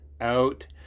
out